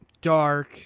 dark